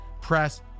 Press